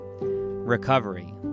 recovery